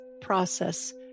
process